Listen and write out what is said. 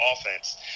offense